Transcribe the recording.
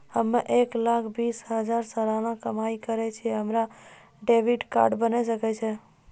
हम्मय एक लाख बीस हजार सलाना कमाई करे छियै, हमरो क्रेडिट कार्ड बने सकय छै?